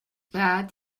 glad